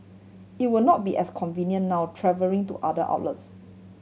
it will not be as convenient now travelling to other outlets